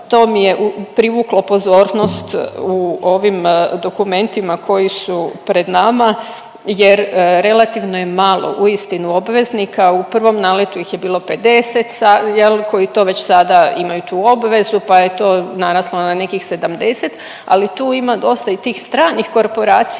to mi je privuklo pozornost u ovim dokumentima koji su pred nama jer relativno je malo uistinu obveznika. U prvom naletu ih je bilo 50 koji to već sada imaju tu obvezu, pa je to naraslo na nekih 70, ali tu ima doista i tih stranih korporacija